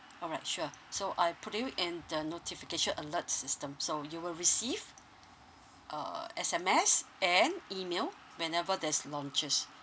all right sure so I put you in the notification alert system so you will receive uh S_M_S and email whenever there's launches